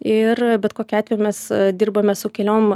ir bet kokiu atveju mes dirbame su keliom